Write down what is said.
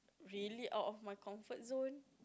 really out of my comfort zone